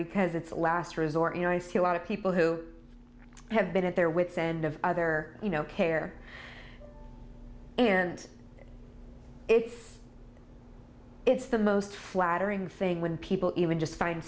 because it's a last resort you know i see a lot of people who have been at their wit's end of other you know care and it's it's the most flattering thing when people even just find